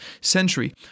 century